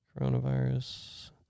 Coronavirus